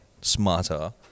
smarter